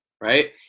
right